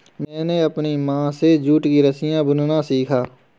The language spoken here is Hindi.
मैंने अपनी माँ से जूट की रस्सियाँ बुनना सीखा